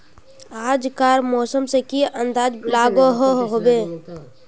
आज कार मौसम से की अंदाज लागोहो होबे?